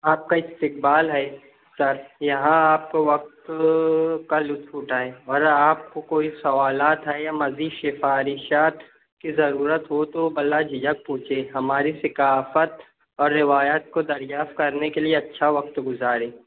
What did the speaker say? آپ کا استقبال ہے سر یہاں آپ کو وقت کا لُطف اُٹھائیں اور آپ کو کوئی سوالات ہے یا مزید سفارشات کی ضرورت ہو تو بِلا جِھجھک پوچھیں ہماری ثقافت اور روایات کو دریافت کرنے کے لیے اچھا وقت گزاریں